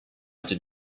did